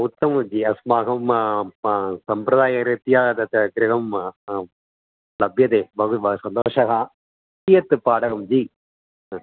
उत्तमं जि अस्माकं सम्प्रदायरीत्या तत् गृहं लभ्यते बहु सन्तोषः कियत् भाटकं जि हा